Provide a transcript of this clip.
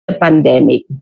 pandemic